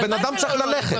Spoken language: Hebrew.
האדם צריך ללכת.